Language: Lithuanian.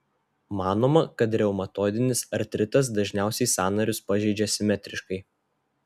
manoma kad reumatoidinis artritas dažniausiai sąnarius pažeidžia simetriškai